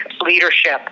leadership